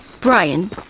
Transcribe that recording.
Brian